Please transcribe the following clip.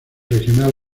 regional